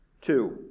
Two